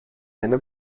einer